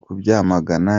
kubyamagana